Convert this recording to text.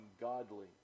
ungodly